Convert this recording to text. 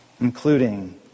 including